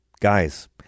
Guys